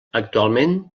actualment